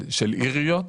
של עיריות?